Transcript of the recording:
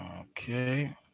Okay